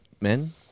men